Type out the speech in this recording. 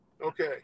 Okay